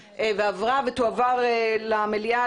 והבנייה (תיקון מס' 101) (תיקון מס' 5),